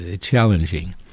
challenging